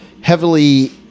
heavily